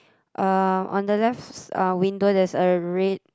uh on the left uh window there's a red